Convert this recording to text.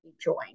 join